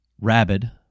Rabid